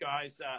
guys